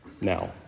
now